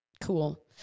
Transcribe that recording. cool